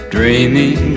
Dreaming